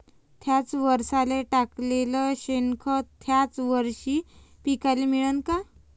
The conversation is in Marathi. थ्याच वरसाले टाकलेलं शेनखत थ्याच वरशी पिकाले मिळन का?